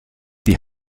die